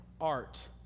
art